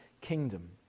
kingdom